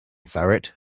ferret